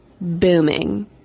booming